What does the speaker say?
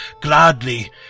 gladly